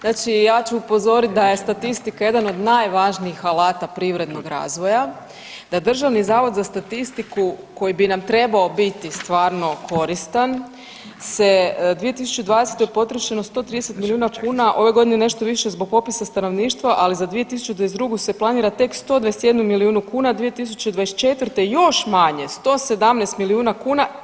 Znači ja ću upozorit da je statistika jedan od najvažnijih alata privrednog razvoja, da Državni zavod za statistiku koji bi nam trebao biti stvarno koristan se 2020.-te je potrošeno 130 milijuna kuna, ove godine nešto više zbog popisa stanovništva ali za 2022. se planira tek 121 milijun kuna, 2024.-te još manje 117 milijuna kuna.